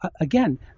again